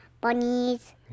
bunnies